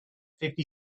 fifty